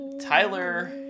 Tyler